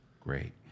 Great